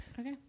Okay